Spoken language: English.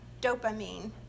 dopamine